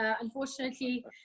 unfortunately